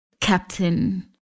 captain